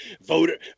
voter